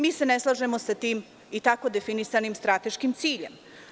Mi se ne slažemo sa tim i tako definisanim strateškim ciljem.